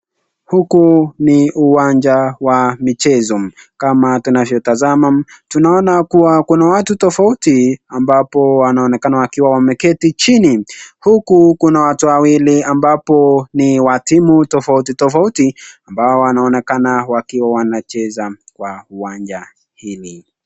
Huku ni uwanja wa michezo kama tunavyo tazama tunaona kuwa Kuna watu tofauti ambapo wanaonekana kuwa wameketi chini, huku Kuna watu wawili ambapo ni wa timu tofauti tofauti ambao wanaonekana wanacheza kwa uwanja hili.